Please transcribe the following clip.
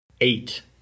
eight